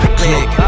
click